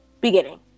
beginning